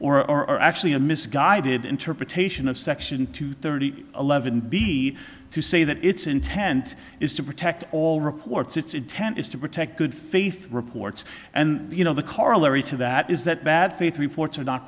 myopic or actually a misguided interpretation of section two thirty eleven b to say that it's intent is to protect all reports its intent is to protect good faith reports and you know the corollary to that is that bad faith reports are not